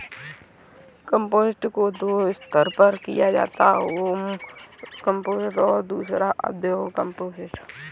composting को दो स्तर पर किया जाता है होम कंपोस्टिंग और दूसरा औद्योगिक कंपोस्टिंग